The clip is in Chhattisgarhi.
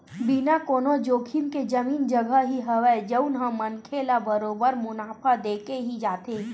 बिना कोनो जोखिम के जमीन जघा ही हवय जउन ह मनखे ल बरोबर मुनाफा देके ही जाथे